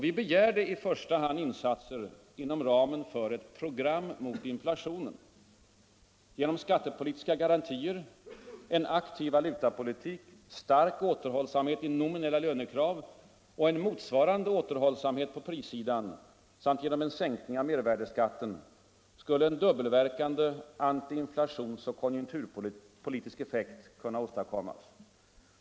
Vi begärde i första hand insatser inom ramen för ett program mot inflationen. Genom skattepolitiska garantier, en aktiv valutapolitik, stark återhållsamhet i nominella lönekrav och en motsvarande återhållsamhet på prissidan samt genom en sänkning av mervärdeskatten skulle en dubbelverkande antiinflationsoch konjunkturpolitisk effekt kunna åstadkommas.